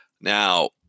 Now